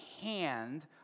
hand